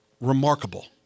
remarkable